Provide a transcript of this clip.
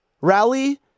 Rally